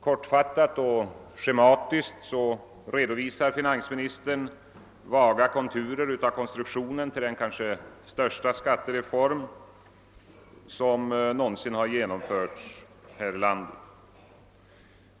Kortfattat och schematiskt redovisar finansministern vaga konturer av konstruktionen till den kanske största skattereform som kanske någonsin har genomförts här i landet.